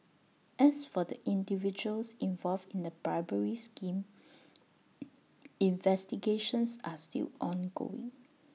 as for the individuals involved in the bribery scheme investigations are still ongoing